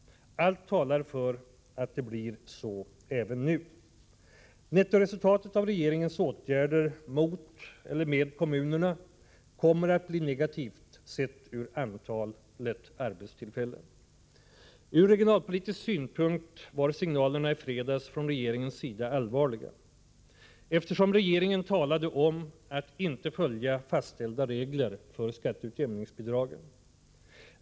Allt talar för att det blir så även nu. Nettoresultatet av regeringens åtgärder mot eller med kommunerna kommer att bli negativt med hänsyn till antalet arbetstillfällen. Ur regionalpolitisk synpunkt var signalerna i fredags från regeringens sida allvarliga, eftersom regeringen talade om att inte följa fastställda regler för skatteutjämningsbidragen.